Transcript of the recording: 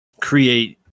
create